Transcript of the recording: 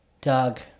Doug